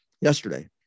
yesterday